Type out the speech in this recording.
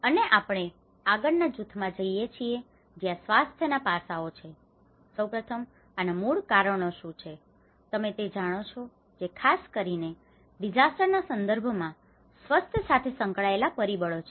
અને આપણે આગળના જૂથ માં જઈએ છીએ જ્યાં સ્વાસ્થ્ય ના પાસાઓ છે સૌપ્રથમ આના મૂળ કારણો શું છે તમે તે જાણો છો જે ખાસ કરીને ડિઝાસ્ટર ના સંદર્ભમાં સ્વસ્થ્ય સાથે સંકળાયેલા પરિબળો છે